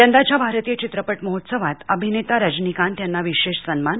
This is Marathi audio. यंदाच्या भारतीय चित्रपट महोत्सवात अभिनेता रजनिकांत यांना विशेष सन्मान